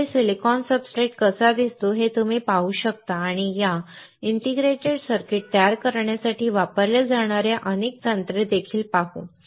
त्यामुळे silicon substrate कसा दिसतो ते तुम्ही पाहू शकता आणि आम्ही या इंटिग्रेटेड सर्किट्स तयार करण्यासाठी वापरल्या जाणार्या अनेक तंत्रे देखील पाहू